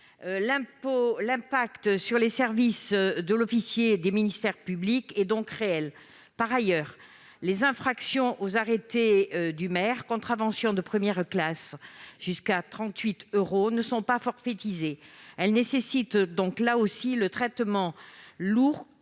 impact réel sur les services de l'officier du ministère public. Par ailleurs, les infractions aux arrêtés du maire- contraventions de première classe, jusqu'à 38 euros -ne sont pas forfaitisées. Elles nécessitent donc, là aussi, un traitement lourd